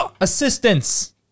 assistance